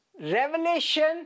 Revelation